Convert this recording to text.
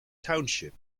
township